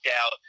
out